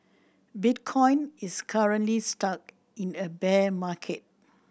bitcoin is currently stuck in a bear market